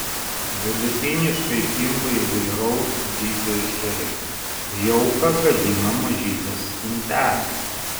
vidutiniškai kimba įvairaus dydžio ešeriai jauką gadina mažytės stintelės